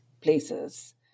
places